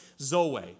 zoe